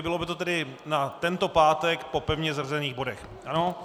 Bylo by to tedy na tento pátek po pevně zařazených bodech, ano?